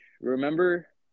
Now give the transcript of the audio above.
Remember